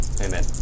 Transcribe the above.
Amen